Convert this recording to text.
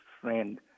friend